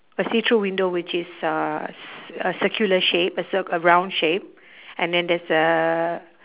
a see through window which is uh c~ a circular shape a circ~ a round shape and then there's a